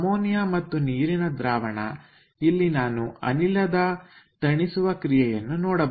ammonia ಮತ್ತು ನೀರಿನ ದ್ರಾವಣ ಇಲ್ಲಿ ನಾನು ಅನಿಲದ ತಣಿಸುವ ಕ್ರಿಯೆಯನ್ನು ನೋಡಬಹುದು